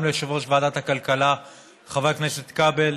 גם ליושב-ראש ועדת הכלכלה חבר הכנסת כבל,